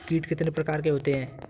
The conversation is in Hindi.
कीट कितने प्रकार के होते हैं?